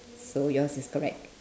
so yours is correct